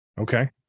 okay